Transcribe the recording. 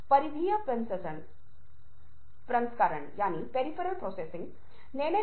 लेकिन व्यक्ति को बीच में बाधित न करने की भी प्रैक्टिस करें जब तक कि बहुत आवश्यक न हो